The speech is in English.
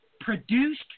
Produced